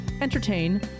entertain